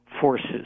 forces